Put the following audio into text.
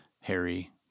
Harry